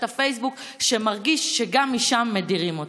הפייסבוק שמרגיש שגם משם מדירים אותו.